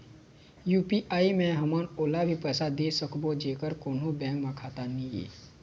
UPI मे हमन ओला भी पैसा दे सकबो जेकर कोन्हो बैंक म खाता नई हे?